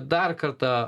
dar kartą